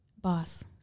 Boss